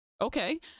okay